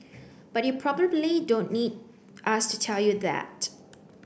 but you probably don't need us to tell you that